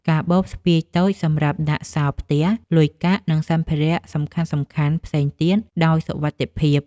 កាបូបស្ពាយតូចសម្រាប់ដាក់សោរផ្ទះ លុយកាក់ និងសម្ភារៈសំខាន់ៗផ្សេងទៀតដោយសុវត្ថិភាព។